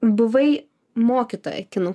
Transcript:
buvai mokytoja kinų